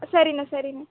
சரிண்ணா சரிண்ணா